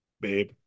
babe